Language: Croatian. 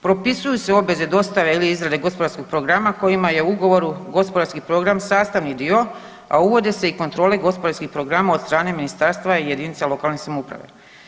Propisuju se obveze dostave ili izrade gospodarskog programa kojima je u ugovoru gospodarski program sastavni dio, a uvode se i kontrole gospodarskih programa od strane Ministarstva i jedinica lokalne samouprave.